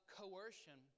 coercion